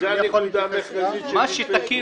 כל פיגום תקין